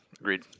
Agreed